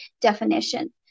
definition